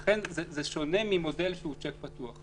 לכן, זה שונה ממודל שהוא צ'ק פתוח.